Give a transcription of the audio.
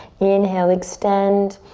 inhale, extend.